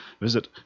visit